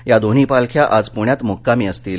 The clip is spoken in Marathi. या दोन्ही पालख्या आज पुण्यात मुक्कामी असतील